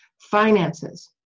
Finances